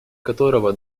которого